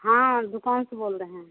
हाँ दुकान से बोल रहें हैं